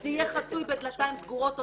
זה יהיה חסוי בדלתיים סגורות אוטומטית,